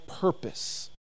purpose